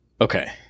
okay